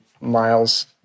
Miles